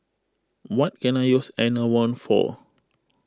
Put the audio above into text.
what can I use Enervon for